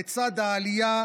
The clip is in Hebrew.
לצד העלייה,